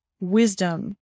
wisdom